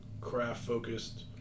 craft-focused